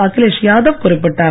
அகிலேஷ் யாதவ் குறிப்பிட்டார்